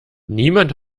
niemand